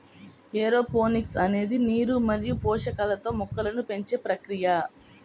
aeroponics అనేది నీరు మరియు పోషకాలతో మొక్కలను పెంచే ప్రక్రియ